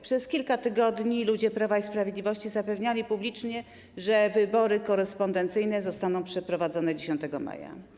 Przez kilka tygodni ludzie Prawa i Sprawiedliwości zapewniali publicznie, że wybory korespondencyjne zostaną przeprowadzone 10 maja.